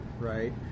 right